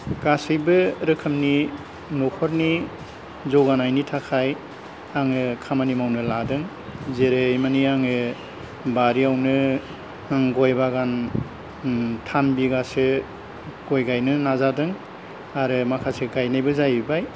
गासैबो रोखोमनि न'खरनि जौगानायनि थाखाय आङो खामानि मावनो लादों जेरै माने आङो बारियावनो आं गय बागान थाम बिगासो गय गायनो नाजादों आरो माखासे गायनायबो जाहैबाय